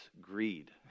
greed